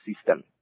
system